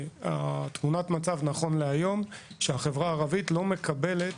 תמונת המצב נכון להיום, החברה הערבית לא מקבלת